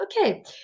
okay